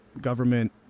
government